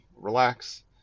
relax